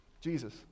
Jesus